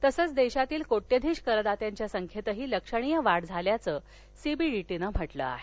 तसच देशातील कोट्यधीश करदात्यांच्या संख्येतही लक्षणीय वाढ झाल्याचं सी बी डी टी नं म्हटलं आहे